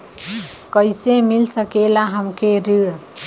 कइसे मिल सकेला हमके ऋण?